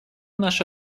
наша